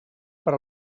per